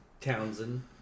Townsend